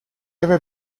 ever